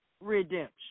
redemption